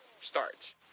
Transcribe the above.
starts